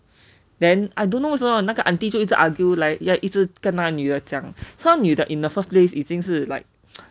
then I don't know 为什么那个 auntie 就一直 argue like 要一直跟那女的讲 so 那女的 like that in the first place 已经是 like